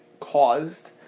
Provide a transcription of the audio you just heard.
Caused